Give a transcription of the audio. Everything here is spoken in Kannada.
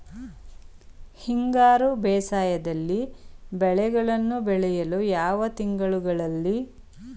ಹಿಂಗಾರು ಬೇಸಾಯದಲ್ಲಿ ಬೆಳೆಗಳನ್ನು ಬೆಳೆಯಲು ಯಾವ ತಿಂಗಳುಗಳಲ್ಲಿ ಬೀಜಗಳನ್ನು ಬಿತ್ತನೆ ಮಾಡಬೇಕಾಗುತ್ತದೆ?